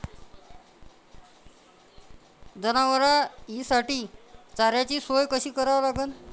जनावराइसाठी चाऱ्याची सोय कशी लावाव?